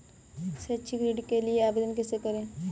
शैक्षिक ऋण के लिए आवेदन कैसे करें?